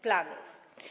planów.